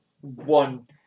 one